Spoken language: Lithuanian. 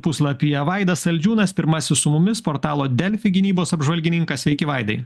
puslapyje vaidas saldžiūnas pirmasis su mumis portalo delfi gynybos apžvalgininkas sveiki vaidai